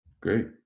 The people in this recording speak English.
Great